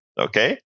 Okay